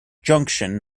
junction